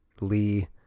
lee